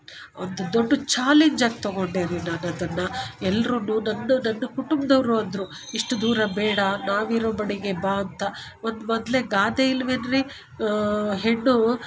ಒಂದು ದೊಡ್ಡ ಚಾಲೆಂಜ್ ಆಗಿ ತಗೊಂಡೆ ರೀ ನಾನು ಅದನ್ನು ಎಲ್ರು ನನ್ನ ನನ್ನ ಕುಟುಂಬದವರು ಅಂದರು ಇಷ್ಟು ದೂರ ಬೇಡ ನಾವಿರೋ ಮನೆಗೆ ಬಾ ಅಂತ ಒಂದು ಮೊದಲೇ ಗಾದೆ ಇಲ್ವೇನ್ರೀ ಹೆಣ್ಣು